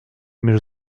mais